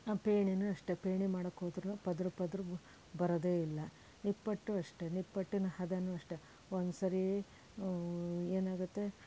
ಪೇಣಿನೂ ಅಷ್ಟೆ ಪೇಣಿ ಮಾಡೋಕ್ಕೆ ಹೋದರೂ ಪದರ ಪದರ ಬರೋದೇ ಇಲ್ಲ ನಿಪ್ಪಟ್ಟು ಅಷ್ಟೇ ನಿಪ್ಪಟ್ಟಿನ ಹದನೂ ಅಷ್ಟೆ ಒಂದು ಸರಿ ಏನಾಗುತ್ತೆ